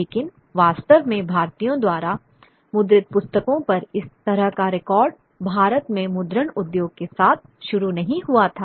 लेकिन वास्तव में भारतीयों द्वारा मुद्रित पुस्तकों पर इस तरह का रिकॉर्ड भारत में मुद्रण उद्योग के साथ शुरू नहीं हुआ था